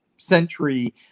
century